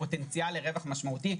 פוטנציאל לרווח משמעותי.